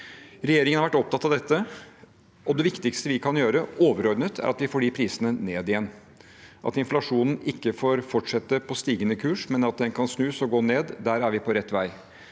Regjeringen har vært opptatt av dette, og det viktigste vi kan gjøre overordnet, er at vi får de prisene ned igjen – at inflasjonen ikke får fortsette på stigende kurs, men at den kan snus og gå ned. Der er vi på rett vei.